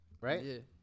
right